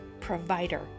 provider